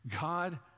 God